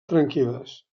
tranquil·les